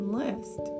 list